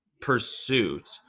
pursuit